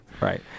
Right